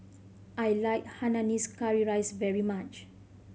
I like Hainanese curry rice very much